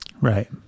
Right